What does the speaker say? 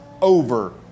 over